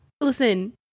listen